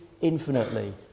infinitely